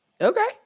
Okay